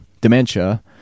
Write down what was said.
dementia